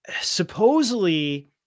supposedly